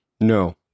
No